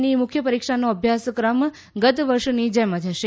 ની મુખ્ય પરિક્ષાનો અભ્યાસક્રમ ગત વર્ષની જેમ જ હશે